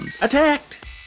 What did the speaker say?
Attacked